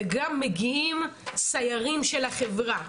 וגם מגיעים סיירים של החברה,